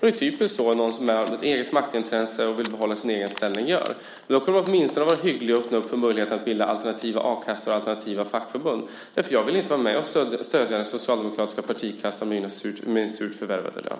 Det är typiskt att göra så för den som handlar utifrån sitt eget maktintresse och vill behålla sin egen ställning. Man kunde åtminstone ha varit hygglig och öppnat för möjligheten till alternativa a-kassor och alternativa fackförbund. Jag vill inte vara med och stödja den socialdemokratiska partikassan med min surt förvärvade lön.